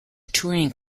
touring